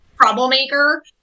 troublemaker